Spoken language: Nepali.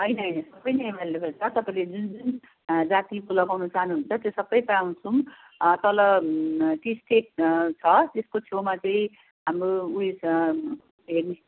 होइन होइन सबै नै एभाइलेबल छ तपाईँले जुन जुन जातिको लगाउनु चाहनुहुन्छ त्यो सबै तल टी स्टेट छ त्यसको छेउमा चाहिँ हाम्रो उयो